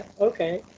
Okay